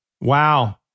Wow